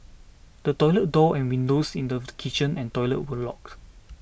the toilet door and windows in the kitchen and toilet were locked